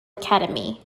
academy